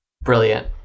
brilliant